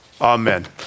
Amen